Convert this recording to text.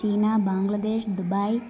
China Bangladesh Dubai